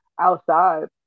outside